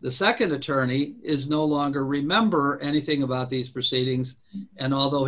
the nd attorney is no longer remember anything about these proceedings and although